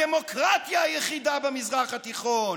הדמוקרטיה היחידה במזרח התיכון,